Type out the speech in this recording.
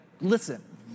listen